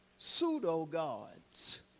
pseudo-gods